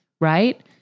Right